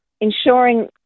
ensuring